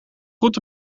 goed